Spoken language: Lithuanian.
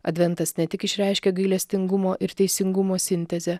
adventas ne tik išreiškia gailestingumo ir teisingumo sintezę